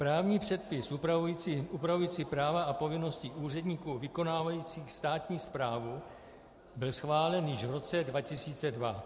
Právní předpis upravující práva a povinnosti úředníků vykonávajících státní správu byl schválen již v roce 2002.